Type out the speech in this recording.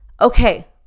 Okay